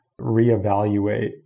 reevaluate